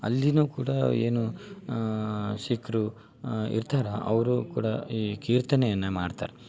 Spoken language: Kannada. ಅಲ್ಲಿನು ಕೂಡ ಏನು ಸಿಖ್ರು ಇರ್ತಾರೆ ಅವರು ಕೂಡ ಈ ಕೀರ್ತನೆಯನ್ನ ಮಾಡ್ತಾರೆ